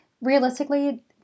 realistically